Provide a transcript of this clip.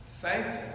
thankful